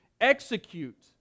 execute